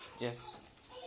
yes